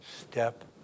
Step